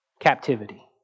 captivity